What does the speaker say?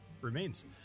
remains